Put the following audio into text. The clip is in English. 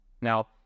Now